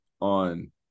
on